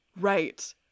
Right